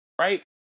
right